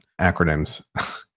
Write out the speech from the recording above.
acronyms